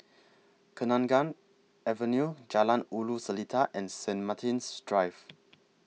Kenanga Avenue Jalan Ulu Seletar and Saint Martin's Drive